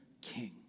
king